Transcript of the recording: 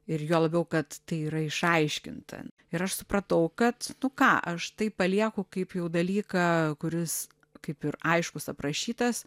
ir juo labiau kad tai yra išaiškinta ir aš supratau kad nu ką aš tai palieku kaip jau dalyką kuris kaip ir aiškus aprašytas